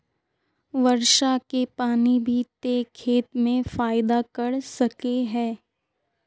वर्षा के पानी भी ते खेत में फायदा कर सके है?